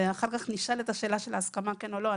ואחר כך נשאלת השאלה של הסכמה כן או לא,